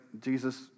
Jesus